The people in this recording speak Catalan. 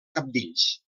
cabdills